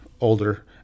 older